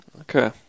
okay